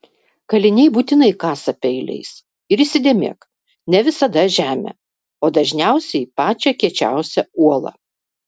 kaliniai būtinai kasa peiliais ir įsidėmėk ne visada žemę o dažniausiai pačią kiečiausią uolą